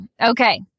Okay